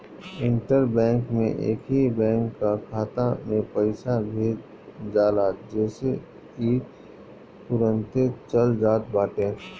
inter bank में एकही bank कअ खाता में पईसा भेज जाला जेसे इ तुरंते चल जात बाटे